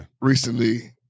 recently